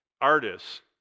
artists